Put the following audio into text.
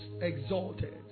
exalted